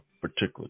particular